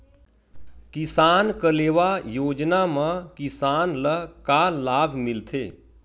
किसान कलेवा योजना म किसान ल का लाभ मिलथे?